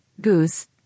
goose